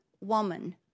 woman